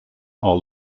are